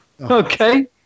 Okay